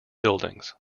buildings